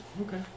Okay